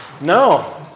No